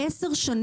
בעשר השנים